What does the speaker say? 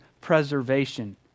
preservation